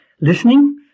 listening